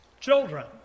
children